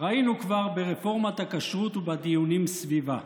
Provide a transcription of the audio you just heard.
ראינו כבר ברפורמת הכשרות ובדיונים סביבה.